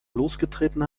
losgetreten